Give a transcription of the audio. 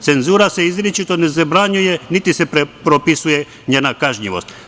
Cenzura se izričito ne zabranjuje, niti se propisuje njena kažnjivost.